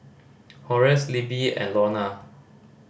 Horace Libbie and Lorna